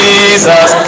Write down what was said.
Jesus